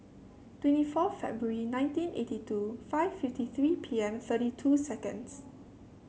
twenty four February nineteen eighty two five fifty three P M thirty two seconds